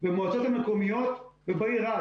במועצות המקומיות ובעיר רהט.